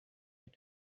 yet